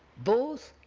both